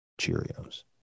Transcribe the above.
Cheerios